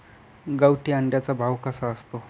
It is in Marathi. गावठी अंड्याचा भाव कसा असतो?